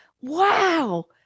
wow